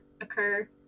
occur